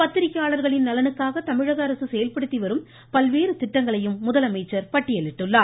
பத்திரிகையாளர்களின் நலனுக்காக தமிழகஅரசு செயல்படுத்திவரும் பல்வேறு திட்டங்களையும் முதலமைச்சர் பட்டியலிட்டார்